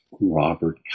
Robert